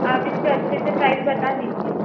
आप इससे अच्छे से प्राइस बता दीजिए ना